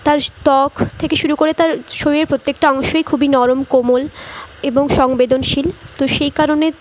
তার ত্বক থেকে শুরু করে তার শরীরের প্রত্যেকটা অংশই খুবই নরম কোমল এবং সংবেদনশীল তো সেই কারণে